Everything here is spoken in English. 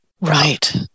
Right